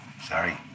Sorry